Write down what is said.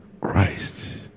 Christ